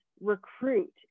recruit